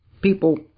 People